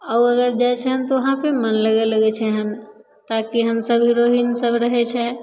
आओर ओ अगर जाइ छनि तऽ उहाँ पर मन लगऽ लगय छनि एहन ताकि एहन सभ हीरो हिरोइन सभ रहय छै